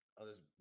others